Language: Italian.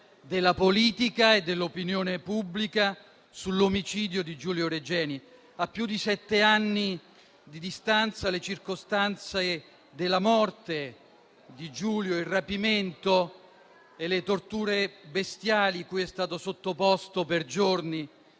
della politica e dell'opinione pubblica sull'omicidio di Giulio Regeni. A più di sette anni di distanza, le circostanze della morte di Giulio, il rapimento e le torture bestiali cui è stato sottoposto per giorni